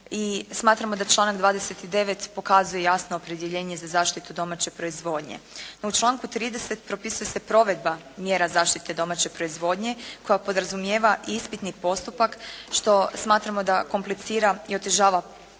smatramo da članak 29. pokazuje jasno opredjeljenje za zaštitu domaće proizvodnje. No u članku 30. propisuje se provedba mjera zaštite domaće proizvodnje koja podrazumijeva i ispitni postupak što smatramo da komplicira i otežava provedu